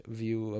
view